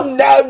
no